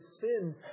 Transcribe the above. sin